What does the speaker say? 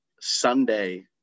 Sunday